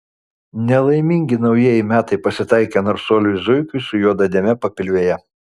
nelaimingi naujieji metai pasitaikė narsuoliui zuikiui su juoda dėme papilvėje